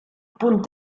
punt